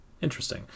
Interesting